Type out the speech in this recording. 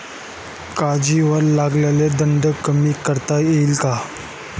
कर्जावर लागलेला दंड कमी करता येईल का?